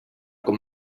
com